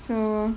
so